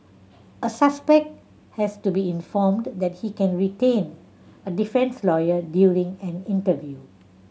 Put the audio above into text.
a suspect has to be informed that he can retain a defence lawyer during an interview